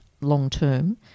long-term